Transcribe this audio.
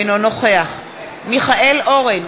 אינו נוכח מיכאל אורן,